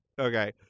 okay